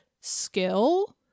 skill